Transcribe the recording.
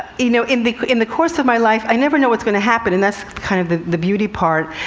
you know, in the in the course of my life, i never know what's going to happen and that's kind of the the beauty part.